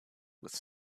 with